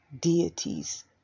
deities